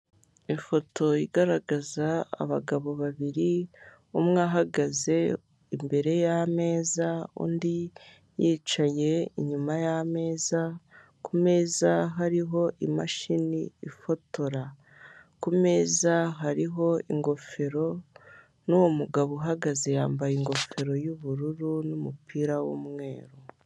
Ifoto igaragaza abagabo babiri umwe ahagaze imbere y'ameza undi yicaye inyuma y'ameza, kumeza hariho imashini ifotora. Ku meza hariho ingofero n'uwo mugabo uhagaze yambaye ingofero y'ubururu n'umupira w'umweru.